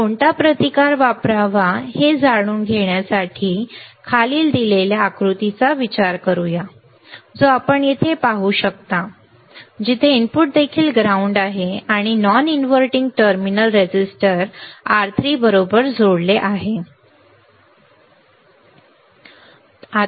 तर कोणता प्रतिकार वापरावा हे जाणून घेण्यासाठी खाली दिलेल्या आकृतीचा विचार करूया जे आपण येथे पाहू शकता जिथे इनपुट देखील ग्राउंड आहे आणि non inverting terminal resistor R3 बरोबर जोडलेले आहे